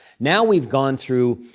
now we've gone through,